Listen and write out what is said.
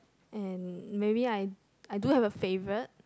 and maybe I I do have a favorite